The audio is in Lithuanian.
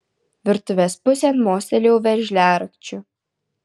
virtuvės pusėn mostelėjau veržliarakčiu